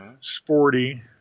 Sporty